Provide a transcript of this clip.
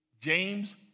James